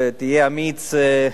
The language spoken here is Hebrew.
תהיה אמיץ,